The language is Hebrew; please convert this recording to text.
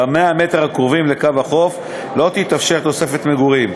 ב-100 המטרים הקרובים לקו החוף לא תתאפשר תוספת מגורים.